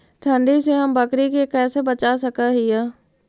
ठंडी से हम बकरी के कैसे बचा सक हिय?